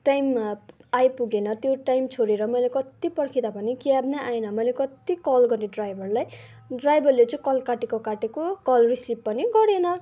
टाइममा आइपुगेन त्यो टाइम छोडेर मैले कत्ति पर्खिँदा पनि क्याब नै आएन मैले कत्ति कल गरेँ ड्राइभरलाई ड्राइभरले चाहिँ कल काटेको काटेको कल रिसिभ पनि गरेन